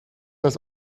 das